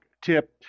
tip